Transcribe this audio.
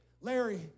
Larry